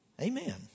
Amen